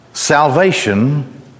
Salvation